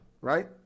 right